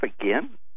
again